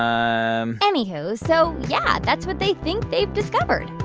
um anywho so, yeah, that's what they think they've discovered.